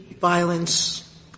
violence